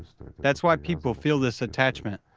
that's why people feel this attachment,